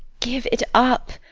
give it up!